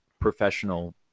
professional